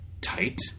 tight